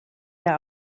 der